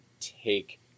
take